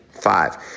Five